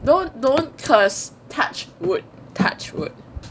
don't don't curse touch wood touch wood